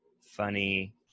funny